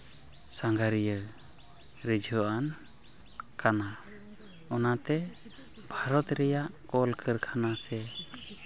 ᱥᱟᱸᱜᱷᱟᱨᱤᱭᱟᱹ ᱨᱤᱡᱷᱟᱹᱣᱟᱱ ᱠᱟᱱᱟ ᱚᱱᱟᱛᱮ ᱵᱷᱟᱨᱚᱛ ᱨᱮᱭᱟᱜ ᱠᱚᱞᱠᱟᱨᱠᱷᱟᱱᱟ ᱥᱮ